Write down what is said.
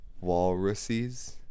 Walruses